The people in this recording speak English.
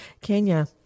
Kenya